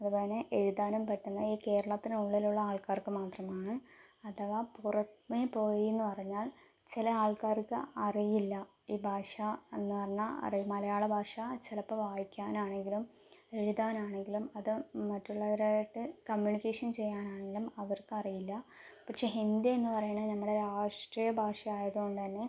അതേപോലെ എഴുതാനും പറ്റുന്ന ഈ കേരളത്തിനുള്ളിലുള്ള ആൾക്കാർക്ക് മാത്രമാണ് അഥവാ പുറമേ പോയി എന്ന് പറഞ്ഞാൽ ചില ആൾക്കാർക്ക് അറിയില്ല ഈ ഭാഷ എന്ന് പറഞ്ഞ അറി മലയാള ഭാഷ ചിലപ്പോൾ വായിക്കാനാണെങ്കിലും എഴുതാനാണെങ്കിലും അത് മറ്റുള്ളവരായിട്ട് കമ്മ്യൂണിക്കേഷൻ ചെയ്യാനാണെങ്കിലും അവർക്ക് അറിയില്ല പക്ഷെ ഹിന്ദിയെന്ന് പറയണത് നമ്മുടെ രാഷ്ട്രീയഭാഷ ആയത് കൊണ്ട് തന്നെ